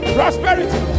Prosperity